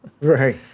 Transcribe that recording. Right